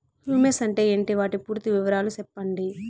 Humus అంటే ఏంటి? వాటి పూర్తి వివరాలు సెప్పండి?